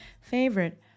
favorite